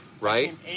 Right